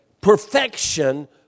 perfection